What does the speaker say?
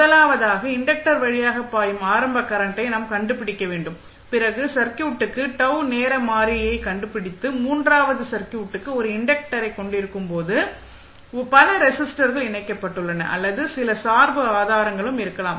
முதலாவதாக இன்டக்டர் வழியாக பாயும் ஆரம்ப கரண்டை நாம் கண்டுபிடிக்க வேண்டும் பிறகு சர்க்யூட்டுக்கு τ நேர மாறியைக் கண்டுபிடித்து மூன்றாவதாக சர்க்யூட்டுக்கு ஒரு இன்டக்டரைக் கொண்டிருக்கும் போது பல ரெஸிஸ்டர்கள் இணைக்கப்பட்டுள்ளன அல்லது சில சார்பு ஆதாரங்களும் இருக்கலாம்